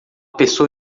pessoa